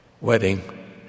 wedding